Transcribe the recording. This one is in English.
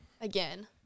again